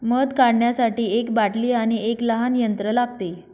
मध काढण्यासाठी एक बाटली आणि एक लहान यंत्र लागते